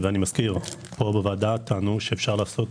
ואני מזכיר פה בוועדה טענו שאפשר לעשות